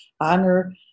Honor